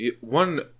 One